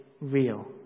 real